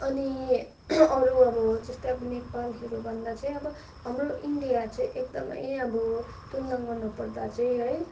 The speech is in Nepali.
अनि अरू अब जस्तै अब नेपालहरूभन्दा चाहिँ अब हाम्रो इन्डिया चाहिँ एकदमै अब तुलना गर्नुपर्दा चाहिँ है